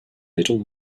little